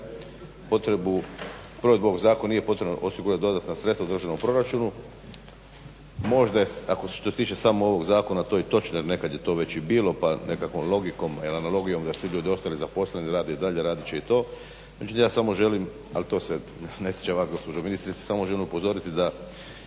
provedbu ovog zakona nije potrebno osigurat dodatna sredstva u državnom proračunu. Možda je ako se to tiče samo ovog zakona to i točno jer nekad je to već i bilo pa nekakvom logikom i analogijom … ostali zaposleni rade i dalje, radit će i to. Međutim ja samo želim, ali to se ne tiče vas gospođo ministrice, samo želim upozoriti da